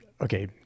okay